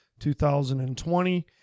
2020